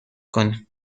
کنیم